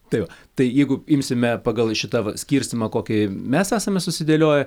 tai va tai jeigu imsime pagal šitą va skirstymą kokį mes esame susidėlioję